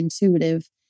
intuitive